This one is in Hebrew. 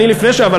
אבל,